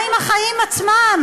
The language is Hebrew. מה עם החיים עצמם?